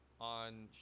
on